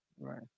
Right